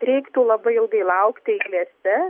reiktų labai ilgai laukti eilėse